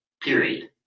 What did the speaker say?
period